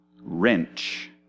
wrench